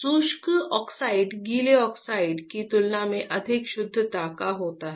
शुष्क ऑक्साइड गीले ऑक्साइड की तुलना में अधिक शुद्धता का होता है